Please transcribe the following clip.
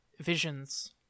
visions